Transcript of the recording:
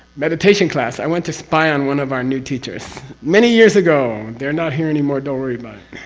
meditation class, i went to spy on one of our new teachers. many years ago, they're not here anymore don't worry but